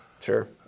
Sure